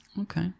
Okay